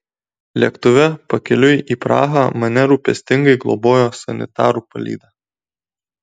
lėktuve pakeliui į prahą mane rūpestingai globojo sanitarų palyda